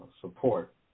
support